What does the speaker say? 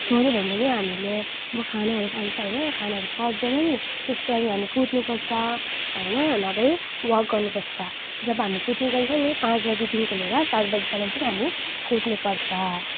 छोड्यो भने पनि हामीले अब खानाहरू खान्छ होइन खानाहरू पच्दैन नि त्यसको लागि हामी कुद्नु पर्छ होइन नभए वर्क गर्नु पर्छ जब हामी कुद्नु जान्छौँ नि पाँच बजीदेखिको लिएर सात बजीसम्म चाहिँ हामी कुद्नु पर्छ